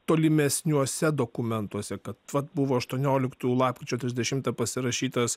tolimesniuose dokumentuose kad vat buvo aštuonioliktų lapkričio trisdešimtą pasirašytas